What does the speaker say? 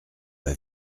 pas